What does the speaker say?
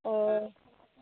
अ